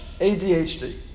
ADHD